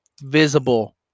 visible